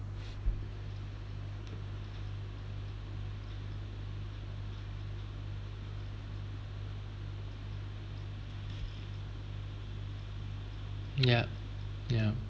yup yeah